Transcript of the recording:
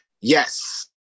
Yes